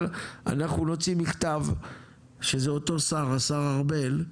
אבל אנחנו נוציא מכתב שזה אותו שר, השר ארבל,